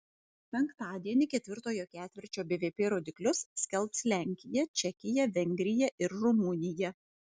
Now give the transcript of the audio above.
penktadienį ketvirtojo ketvirčio bvp rodiklius skelbs lenkija čekija vengrija ir rumunija